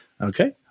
Okay